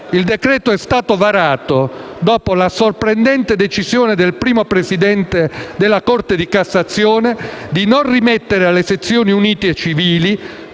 Il decreto è stato varato dopo la sorprendente decisione del primo presidente della Corte di cassazione di non rimettere alle sezioni unite civili,